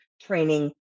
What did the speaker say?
training